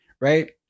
right